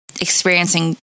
experiencing